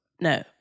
No